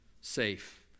safe